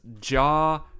jaw